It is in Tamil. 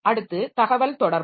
அடுத்து தகவல்தொடர்புகள்